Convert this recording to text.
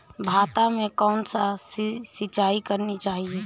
भाता में कौन सी सिंचाई करनी चाहिये?